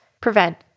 prevent